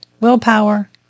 willpower